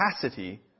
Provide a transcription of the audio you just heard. capacity